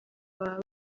baba